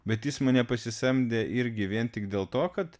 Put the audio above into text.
bet jis mane pasisamdė irgi vien tik dėl to kad